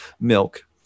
milk